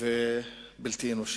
ובלתי אנושי.